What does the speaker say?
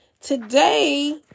today